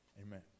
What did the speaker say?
Amen